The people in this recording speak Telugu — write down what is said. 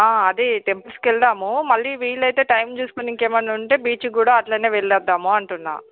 ఆ అదే టెంపుల్స్కి వెళ్దాము మళ్ళీ వీలు అయితే టైం చూసుకుని ఇంక ఏమైనా ఉంటే బీచ్కి కూడా అలానే వెళ్ళి వద్దాము అంటున్నా